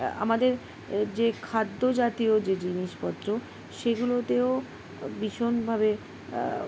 আমাদের যে খাদ্য জাতীয় যে জিনিসপত্র সেগুলোতেও ভীষণভাবে